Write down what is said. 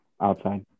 outside